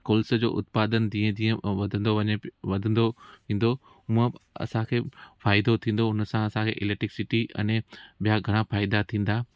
गोल्से जो उत्पाधन जीअं जीअं ऐं वधंदो वञे पयो वधंदो ईंदो मां असांखे फायदो थींदो हुन सां असांजी इलैक्ट्रीसिटी अने बिया घणा फ़ाइदा थींदा